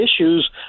issues